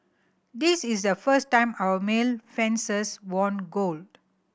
this is the first time our male fencers won gold